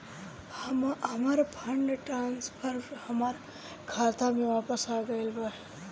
हमर fund transfer हमर खाता में वापस आ गईल बा